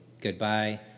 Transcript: goodbye